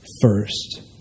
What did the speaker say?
first